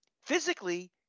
physically